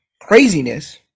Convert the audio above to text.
craziness